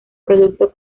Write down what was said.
producto